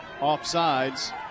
offsides